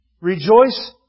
Rejoice